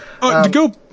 go